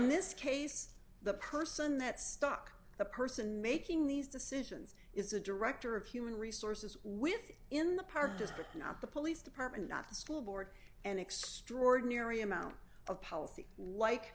this case the person that stuck the person making these decisions is a director of human resources with in the park district not the police department not the school board an extraordinary amount of policy like